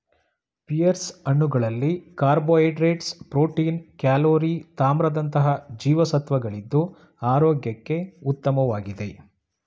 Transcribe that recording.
pears ಹಣ್ಣುಗಳಲ್ಲಿ carbohydrates, protein, calorie ತಾಮ್ರದಂತಹ ಜೀವಸತ್ವಗಳಿದ್ದು ಆರೋಗ್ಯಕ್ಕೆ ಉತ್ತಮವಾಗಿದೆ